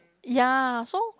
ya so